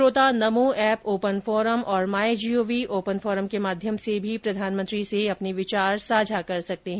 श्रोता NaMo app open forum और my GOV open forum के माध्यम से भी प्रधानमंत्री से विचार साझा कर सकते हैं